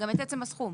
גם את עצם הסכום,